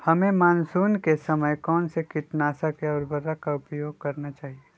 हमें मानसून के समय कौन से किटनाशक या उर्वरक का उपयोग करना चाहिए?